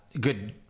good